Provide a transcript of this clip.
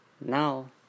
Now